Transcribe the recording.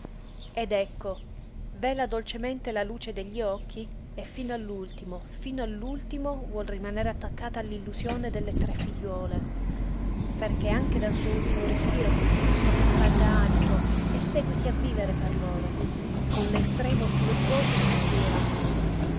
ed ecco vela dolcemente la luce degli occhi e fino all'ultimo fino all'ultimo vuol rimanere attaccata all'illusione delle tre figliuole perché anche dal suo ultimo respiro quest'illusione tragga alito e seguiti a vivere per loro con l'estremo filo di voce sospira